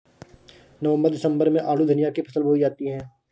नवम्बर दिसम्बर में आलू धनिया की फसल बोई जाती है?